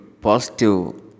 positive